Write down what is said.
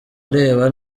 areba